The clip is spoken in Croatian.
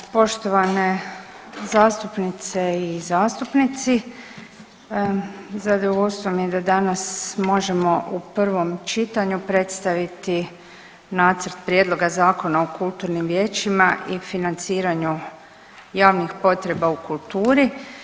Poštovane zastupnice i zastupnici zadovoljstvo mi je da danas možemo u prvom čitanju predstaviti nacrt Prijedloga Zakona o kulturnim vijećima i financiranju javnih potreba u kulturi.